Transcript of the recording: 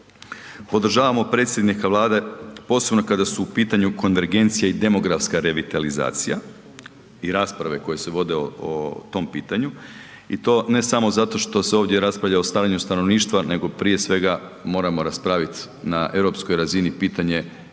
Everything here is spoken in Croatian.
Podržavamo predsjednika Vlade posebno kada su u pitanju konvergencija i demografska revitalizacija i rasprave koje se vode o tom pitanju i to ne samo zato što se ovdje raspravlja o starenju stanovništva nego prije svega moramo raspraviti na europskoj razini pitanje